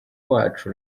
wacu